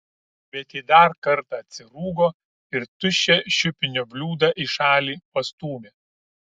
bet ji dar kartą atsirūgo ir tuščią šiupinio bliūdą į šalį pastūmė